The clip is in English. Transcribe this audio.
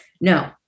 no